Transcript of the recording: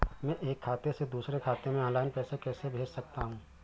मैं एक खाते से दूसरे खाते में ऑनलाइन पैसे कैसे भेज सकता हूँ?